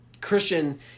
Christian